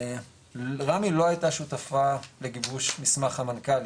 רמ"י לא היתה שותפה לגיבוש מסמך המנכ"לים,